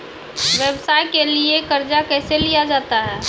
व्यवसाय के लिए कर्जा कैसे लिया जाता हैं?